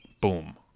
boom